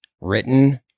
written